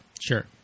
Sure